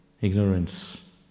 ignorance